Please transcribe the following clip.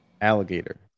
alligator